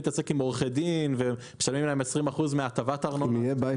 להתעסק עם עורכי דין ומשלמים להם 20% מהטבת ארנונה --- אם יהיה בית